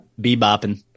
Bebopping